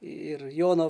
ir jono